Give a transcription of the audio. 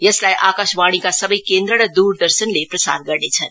यसलाई आकाशवाणीका सबै केन्द्र र दूरदर्शनले प्रसार गर्नेछन्